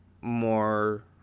more